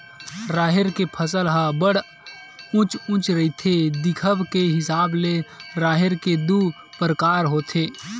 राहेर के फसल ह बड़ उँच उँच रहिथे, दिखब के हिसाब ले राहेर के दू परकार होथे